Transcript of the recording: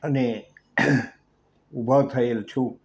અને ઊભા થયેલ છું